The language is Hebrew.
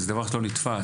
שזה דבר שלא נתפס.